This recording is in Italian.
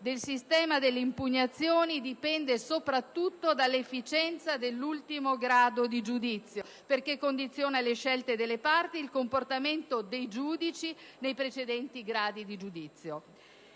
del sistema delle impugnazioni dipende soprattutto dall'efficienza dell'ultimo grado di giudizio, perché condiziona le scelte delle parti e il comportamento dei giudici nei precedenti gradi di giudizio.